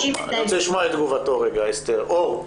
אור,